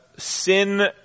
sin